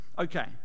Okay